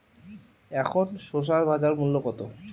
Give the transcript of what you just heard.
এখন শসার বাজার মূল্য কত?